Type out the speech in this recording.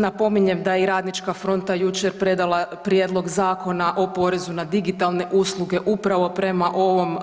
Napominjem da je i Radnička fronta jučer predala prijedlog Zakona o porezu na digitalne usluge upravo prema ovom